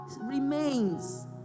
remains